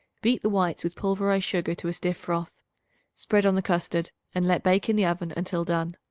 beat the whites with pulverized sugar to a stiff froth spread on the custard and let bake in the oven until done.